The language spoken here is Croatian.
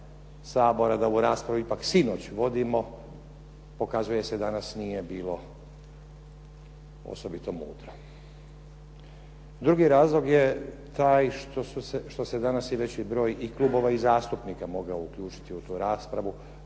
da ovu raspravu ipak sinoć vodimo pokazuje se danas, nije bilo osobito mudro. Drugi razlog je taj što se danas i veći broj i klubova i zastupnika mogao uključiti u tu raspravu,